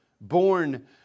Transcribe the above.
born